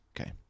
okay